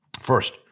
First